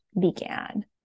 began